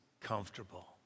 comfortable